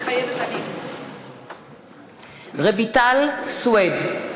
מתחייבת אני רויטל סויד,